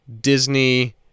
Disney